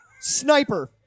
sniper